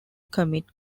commit